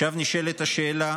עכשיו, נשאלת השאלה